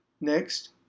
Next